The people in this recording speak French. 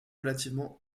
relativement